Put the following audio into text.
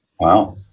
Wow